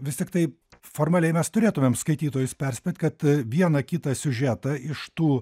vis tiktai formaliai mes turėtumėm skaitytojus perspėt kad vieną kitą siužetą iš tų